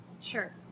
sure